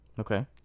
Okay